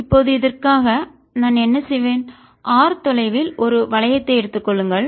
இப்போது இதற்காக நான் என்ன செய்வேன் R தொலைவில் ஒரு வளையத்தை எடுத்துக் கொள்ளுங்கள்